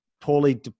poorly